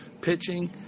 Pitching